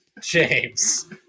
James